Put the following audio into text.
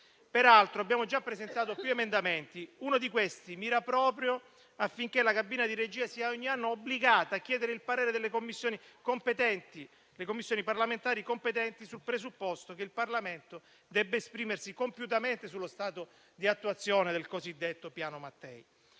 Peraltro, abbiamo già presentato più emendamenti, uno dei quali mira proprio a che la cabina di regia ogni anno sia obbligata a chiedere il parere delle Commissioni parlamentari competenti, sul presupposto che il Parlamento debba esprimersi compiutamente sullo stato di attuazione del cosiddetto Piano Mattei.